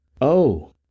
Oh